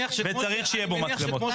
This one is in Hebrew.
וצריך שיהיו בהם מצלמות.